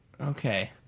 Okay